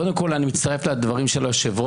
קודם כול אני מצטרף לדברים של היושב-ראש,